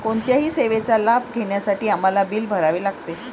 कोणत्याही सेवेचा लाभ घेण्यासाठी आम्हाला बिल भरावे लागते